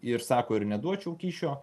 ir sako ir neduočiau kyšio